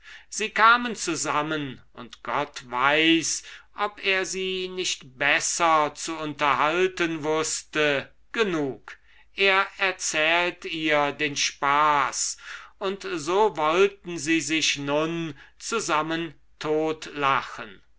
sie kamen zusammen und gott weiß ob er sie nicht besser zu unterhalten wußte genug er erzählt ihr den spaß und so wollten sie sich nun zusammen totlachen